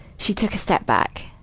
she took a step back.